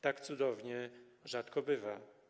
Tak cudownie rzadko bywa.